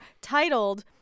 titled